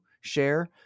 share